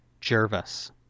Jervis